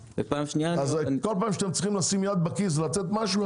אז כל פעם שאתם צריכים לשים יד בכיס ולתת משהו,